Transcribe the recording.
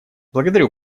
благодарю